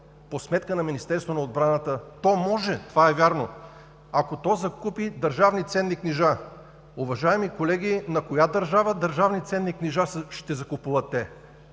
по сметка на Министерство на отбраната, то може, това е вярно, ако то закупи държавни ценни книжа. Уважаеми колеги, на коя държава държавни ценни книжа ще закупуват те?